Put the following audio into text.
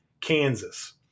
Kansas